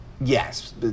Yes